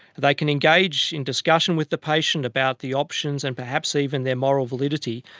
they can engage in discussion with the patient about the options and perhaps even their moral validity,